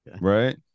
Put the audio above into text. right